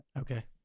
Okay